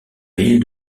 ville